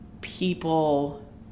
people